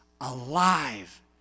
alive